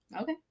Okay